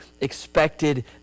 expected